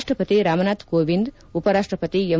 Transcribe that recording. ರಾಷ್ಟ್ವಪತಿ ರಾಮನಾಥ್ ಕೋವಿಂದ್ ಉಪ ರಾಷ್ಟ್ವಪತಿ ಎಂ